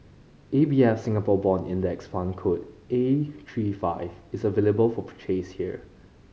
A B F Singapore Bond Index Fund code A three five is available for purchase here